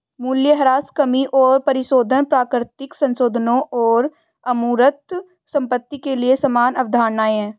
मूल्यह्रास कमी और परिशोधन प्राकृतिक संसाधनों और अमूर्त संपत्ति के लिए समान अवधारणाएं हैं